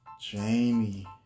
Jamie